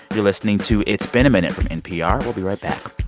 you're listening to it's been a minute from npr. we'll be right back